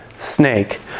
Snake